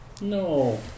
No